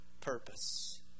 purpose